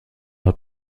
hat